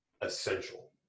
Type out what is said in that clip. essential